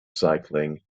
cycling